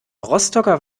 rostocker